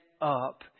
up